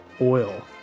oil